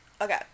okay